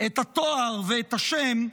את התואר ואת השם.